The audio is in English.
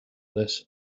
this